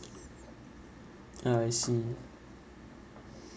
ah I see